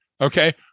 okay